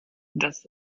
das